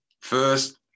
First